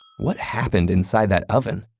what happened inside that oven?